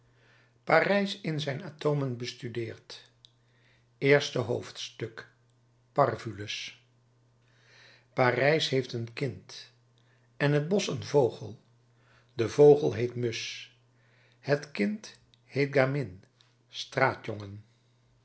parijs in zijn atomen bestudeerd eerste hoofdstuk parvulus parijs heeft een kind en het bosch een vogel de vogel heet musch het kind heet gamin